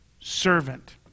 servant